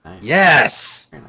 Yes